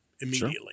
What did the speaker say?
immediately